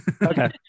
okay